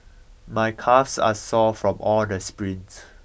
my calves are sore from all the sprints